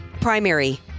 primary